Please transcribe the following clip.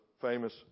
famous